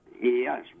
yes